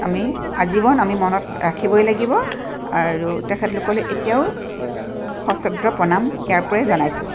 আমি আজীৱন আমি মনত ৰাখিবই লাগিব আৰু তেখেতলোকলে এতিয়াও সশ্ৰদ্ধ প্ৰণাম ইয়াৰ পৰাই জনাইছোঁ